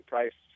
Price